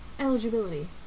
Eligibility